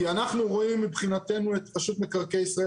כי אנחנו רואים מבחינתנו את רשות מקרקעי ישראל